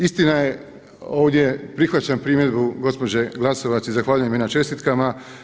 Istina je ovdje prihvaćam primjedbu gospođe Glasovac i zahvaljujem joj na čestitkama.